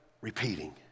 repeating